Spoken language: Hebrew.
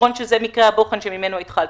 למרות שזה מקרה הבוחן שממנו התחלת.